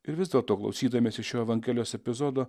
ir vis dėlto klausydamiesi šio evangelijos epizodo